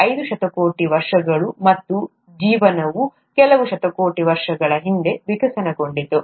5 ಶತಕೋಟಿ ವರ್ಷಗಳು ಮತ್ತು ಜೀವನವು ಕೆಲವು ಶತಕೋಟಿ ವರ್ಷಗಳ ಹಿಂದೆ ವಿಕಸನಗೊಂಡಿತು